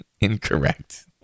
incorrect